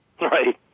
Right